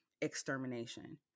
extermination